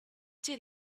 did